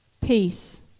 Peace